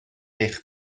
eich